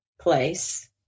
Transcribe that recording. place